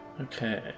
Okay